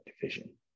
division